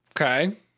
Okay